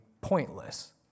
pointless